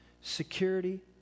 Security